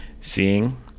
Seeing